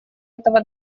этого